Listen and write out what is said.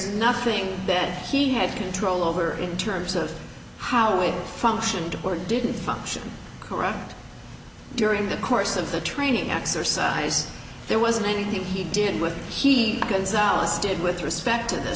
nothing that he had control over in terms of how it functioned or didn't function correct during the course of the training exercise there wasn't anything he did what he consults did with respect to th